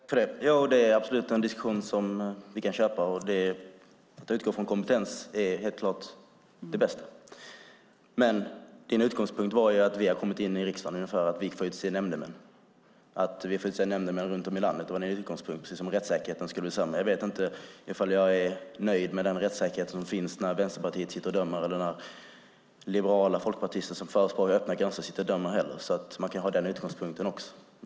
Fru talman! Det är absolut en diskussion som vi kan köpa. Det är helt klart det bästa att utgå från kompetens. Men Maria Abrahamssons utgångspunkt var att vi har kommit in i riksdagen och att vi får utse nämndemän runt om i landet. Det var utgångspunkten, precis som om rättssäkerheten skulle bli sämre då. Jag vet inte om jag heller är nöjd med den rättssäkerhet som finns när Vänsterpartiet eller några liberala folkpartister som förespråkar öppna gränser sitter och dömer. Man kan ha denna utgångspunkt också.